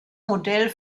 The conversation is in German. modell